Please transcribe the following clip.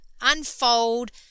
unfold